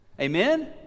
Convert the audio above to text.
Amen